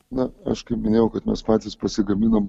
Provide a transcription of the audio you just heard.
na aš kaip minėjau kad mes patys pasigaminam